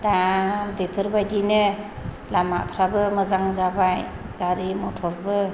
दा बेफोरबायदिनो लामाफ्राबो मोजां जाबाय गारि मटरबो